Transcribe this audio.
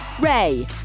Ray